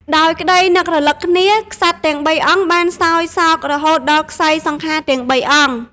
ដោយក្តីនឹករលឹកគ្នា ក្សត្រទាំងបីអង្គបានសោយសោករហូតដល់ក្ស័យសង្ខារទាំងបីអង្គ។